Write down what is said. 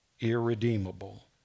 irredeemable